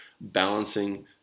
balancing